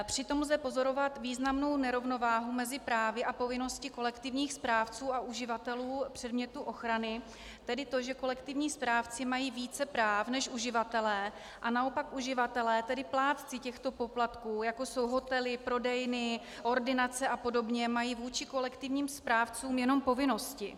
Přitom lze pozorovat významnou nerovnováhu mezi právy a povinnostmi kolektivních správců a uživatelů předmětu ochrany, tedy to, že kolektivní správci mají více práv než uživatelé a naopak uživatelé, tedy plátci těchto poplatků, jako jsou hotely, prodejny, ordinace podobně, mají vůči kolektivním správcům jenom povinnosti.